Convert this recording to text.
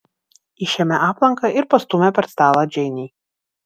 išėmė aplanką ir pastūmė per stalą džeinei